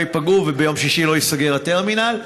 ייפגעו וביום שישי לא ייסגר הטרמינל.